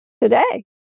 today